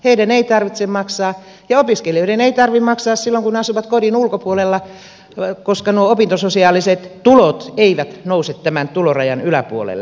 heidän ei tarvitse maksaa ja opiskelijoiden ei tarvitse maksaa silloin kun asuvat kodin ulkopuolella koska nuo opintososiaaliset tulot eivät nouse tämän tulorajan yläpuolelle